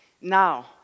Now